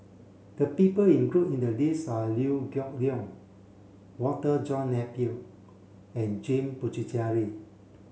the people included in the list are Liew Geok Leong Walter John Napier and James Puthucheary